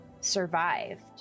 survived